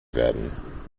werden